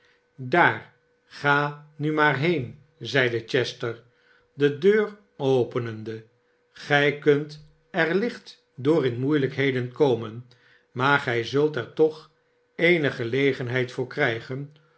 sdaar ga nu maar heen zeide chester de deur openende sgij kunt er licht door in moeilijkheden komen maar gij zult er toch eene gelegenheid door krijgen